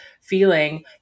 feeling